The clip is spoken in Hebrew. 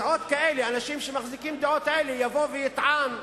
אנשים שמחזיקים בדעות כאלה, יבוא ויטען,